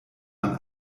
man